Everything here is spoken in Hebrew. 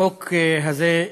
החוק הזה,